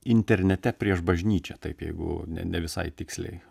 internete prieš bažnyčią taip jeigu ne ne visai tiksliai